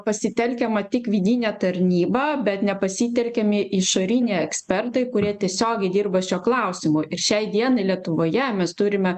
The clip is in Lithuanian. pasitelkiama tik vidinė tarnyba bet nepasitelkiami išoriniai ekspertai kurie tiesiogiai dirba šiuo klausimu ir šiai dienai lietuvoje mes turime